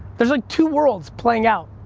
there's like two worlds playing out.